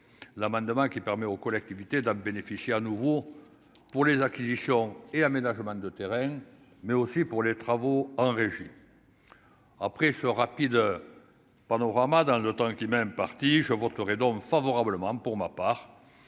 l'amendement qui permet aux collectivités doivent bénéficier à nouveau pour les acquisitions et aménagement de terrains mais aussi pour les travaux, un régime après ce rapide panorama dans le temps, qui même parti je voterai donc favorablement pour ma part,